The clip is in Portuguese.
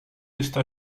está